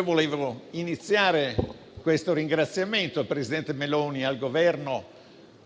voglio iniziare ringraziando il presidente Meloni e il Governo,